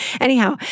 Anyhow